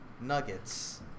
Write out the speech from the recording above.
nuggets